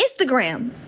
Instagram